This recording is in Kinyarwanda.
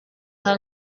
aha